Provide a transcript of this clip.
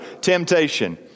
temptation